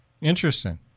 Interesting